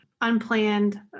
unplanned